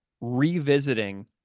revisiting